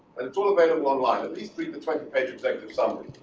and it's all available online. at least read the twenty page executive summary.